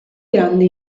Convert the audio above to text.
grande